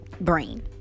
brain